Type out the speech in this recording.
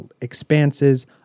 expanses